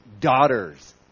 daughters